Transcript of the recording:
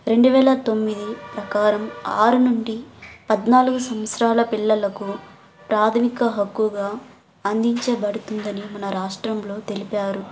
రెండు వేల తొమ్మిది ప్రకారం ఆరు నుండి పడ్నాలుగు సంవత్సరాల పిల్లలకు ప్రాథమిక హక్కుగా అందించబడుతుందని మన రాష్ట్రంలో తెలిపారు